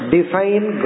Define